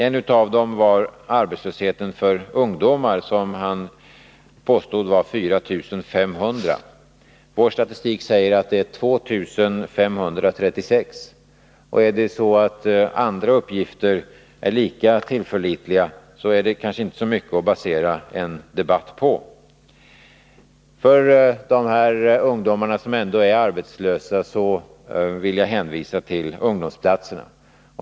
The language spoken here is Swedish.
En av dem var arbetslösheten för ungdomar, som han påstår är 4 500. Vår statistik säger att den är 2 536. Om det är så att andra uppgifter är lika tillförlitliga, är det kanske inte så mycket att basera en debatt på. När det gäller de ungdomar som ändå är arbetslösa vill jag hänvisa till ungdomsplatserna.